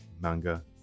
manga